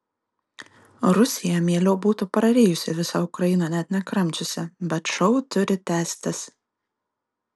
rusija mieliau būtų prarijusi visą ukrainą net nekramčiusi bet šou turi tęstis